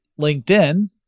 LinkedIn